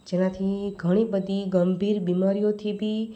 જેનાથી ઘણીબધી ગંભીર બિમારીઓથી ભી